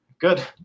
good